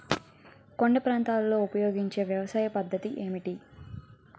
కొండ ప్రాంతాల్లో ఉపయోగించే వ్యవసాయ పద్ధతి ఏంటి?